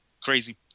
Crazy